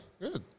good